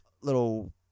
little